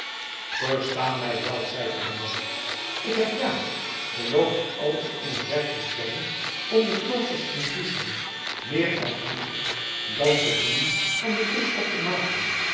versta mij wel zeide de monnik ik heb ja beloofd alles in t werk te stellen om de kloosters in friesland meer af hankelijk dan tot nu van den bisschop te maken